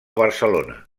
barcelona